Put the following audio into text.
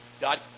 God